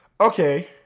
Okay